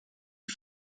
les